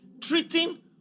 treating